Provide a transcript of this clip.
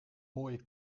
mooie